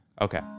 Okay